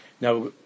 Now